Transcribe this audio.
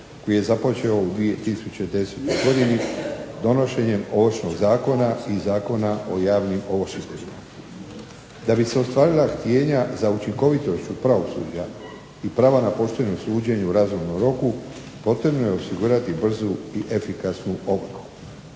koji je započeo u 2010. donošenjem Ovršnog zakona i Zakona o javnim ovršiteljima. Da bi se ostvarila htijenja za učinkovitošću pravosuđa i prava na poštenom suđenju u razumnom roku potrebno je osigurati brzu i efikasnu obuku.